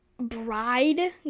bride